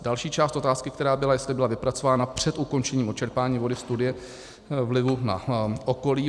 Další část otázky, která byla, jestli byla vypracována před ukončením odčerpání vody studie vlivu na okolí.